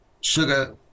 sugar